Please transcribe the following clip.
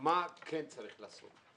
מה כן צריך לעשות.